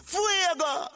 Fuego